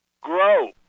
grow